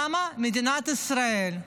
למה מדינת ישראל,